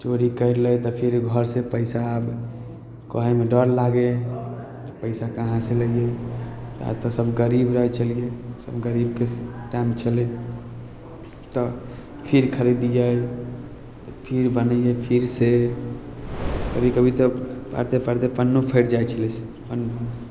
चोरी करि लै तऽ फिर घरसँ पइसा आब कहैमे डर लागै पइसा कहाँसे लैए ता तऽ सब गरीब रहै छलिए सब गरीबके टाइम छलै तऽ फेर खरिदए फेर बनैए फेरसे कभी कभी तऽ पाड़िते पाड़िते पन्नो फाटि जाइ छलै पन्नो